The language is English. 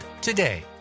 today